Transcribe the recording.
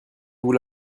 vous